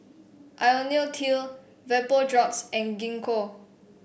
IoniL T Vapodrops and Gingko